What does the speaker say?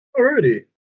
Alrighty